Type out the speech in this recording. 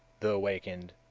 the awakened,